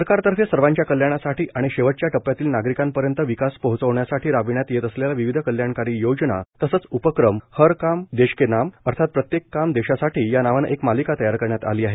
सरकारतर्फे सर्वांच्या कल्याणासाठी आणि शेवटच्या टप्प्यातील नागरिकांपर्यंत विकास पोहचवण्यासाठी राबविण्यात येत असलेल्या विविध कल्याणकारी योजना तसंच उपक्रम हर काम देश के नाम अर्थात प्रत्येक काम देशासाठी या नावानं एक मालिका तयार करण्यात आली आहे